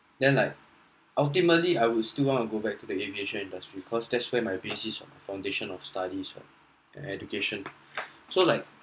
then like ultimately I will still want to go back to the aviation industry because that's where my basic foundation of studies right and education so like